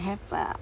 have uh